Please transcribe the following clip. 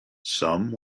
some